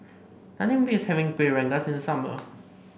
nothing beats having Kuih Rengas in the summer